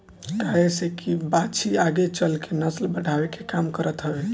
काहे से की बाछी आगे चल के नसल बढ़ावे के काम करत हवे